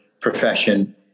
profession